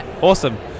Awesome